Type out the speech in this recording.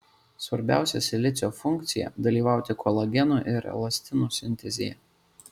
svarbiausia silicio funkcija dalyvauti kolageno ir elastino sintezėje